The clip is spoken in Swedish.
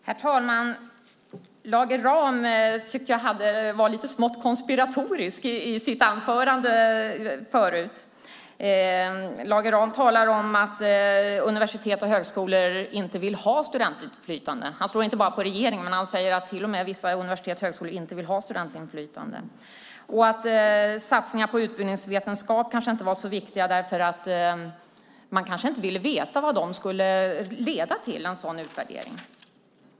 Herr talman! Lage Rahm tyckte jag var smått konspiratorisk i sitt anförande förut. Lage Rahm talar om att universitet och högskolor inte vill ha studentinflytande. Han slår inte bara på regeringen, utan han säger till och med att vissa universitet och högskolor inte vill ha studentinflytande och att satsningar på utbildningsvetenskap inte var så viktiga därför att man kanske inte ville veta vad en utvärdering skulle leda till.